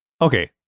Okay